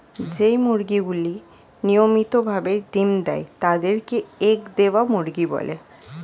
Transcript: যেই মুরগিগুলি নিয়মিত ভাবে ডিম্ দেয় তাদের কে এগ দেওয়া মুরগি বলে